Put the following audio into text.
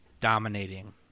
dominating